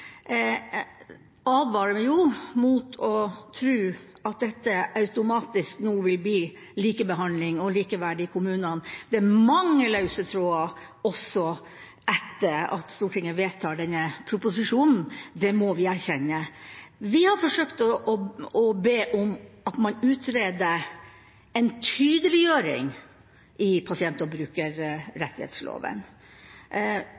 automatisk nå vil bli likebehandling og likeverdig i kommunene. Det er mange løse tråder, også etter at Stortinget vedtar denne proposisjonen – det må vi erkjenne. Vi har forsøkt å be om at man utreder en tydeliggjøring i pasient- og